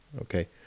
okay